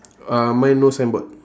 uh mine no signboard